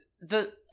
the-